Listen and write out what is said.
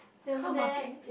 car markings